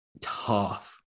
tough